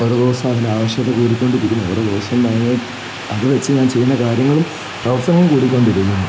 ഓരോ ദിവസം അതിൻ്റെ ആവശ്യകത കൂടിക്കൊണ്ടിരിക്കുന്നു ഓരോ ദിവസവും അത് അത് വെച്ച് ഞാൻ ചെയ്യുന്ന കാര്യങ്ങളും ദിവസങ്ങളും കൂടിക്കൊണ്ടിരിക്കുന്നു